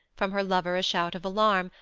from her lover a shout of alarm,